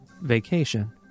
vacation